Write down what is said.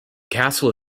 castle